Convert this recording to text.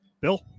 Bill